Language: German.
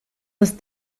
das